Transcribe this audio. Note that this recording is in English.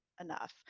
enough